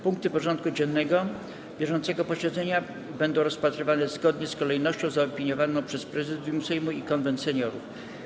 Punkty porządku dziennego bieżącego posiedzenia będą rozpatrywane zgodnie z kolejnością zaopiniowaną przez Prezydium Sejmu i Konwent Seniorów.